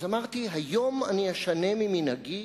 אז אמרתי: היום אני אשנה ממנהגי,